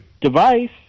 device